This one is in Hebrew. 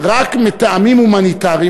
רק מטעמים הומניטריים,